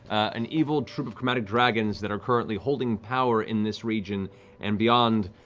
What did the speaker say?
an evil troupe of chromatic dragons that are currently holding power in this region and beyond,